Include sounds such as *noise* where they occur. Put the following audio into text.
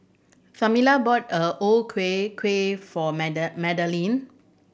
Tamela bought O Ku Kueh for *unintelligible* Madaline